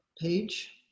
page